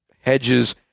hedges